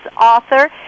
author